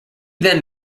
then